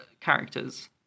characters